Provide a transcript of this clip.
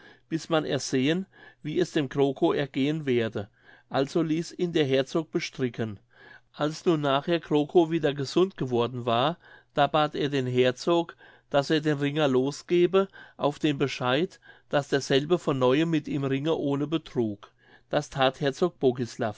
bis man ersehen wie es dem krokow ergehen werde also ließ ihn der herzog bestricken als nun nachher krokow wie der gesund geworden war da bat er den herzog daß er den ringer losgebe auf den bescheid daß derselbe von neuem mit ihm ringe ohne betrug das that herzog